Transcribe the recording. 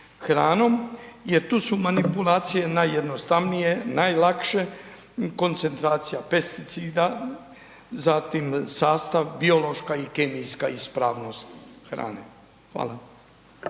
jer tu su manipulacije najjednostavnije, najlakše, koncentracija pesticida, zatim sastav, biološka i kemijska ispravnost hrane. Hvala.